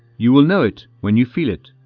you will know it when you feel it.